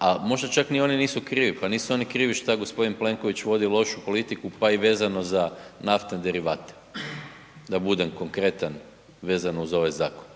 a možda čak ni oni nisu krivi, pa nisu oni krivi što g. Plenković vodi lošu politiku pa i vezano za naftne derivate. Da budem konkretan vezano uz ovaj zakon.